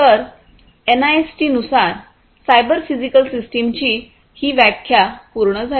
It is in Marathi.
तर एनआयएसटीनुसार सायबर फिजिकल सिस्टमची ही व्याख्या पूर्ण झाली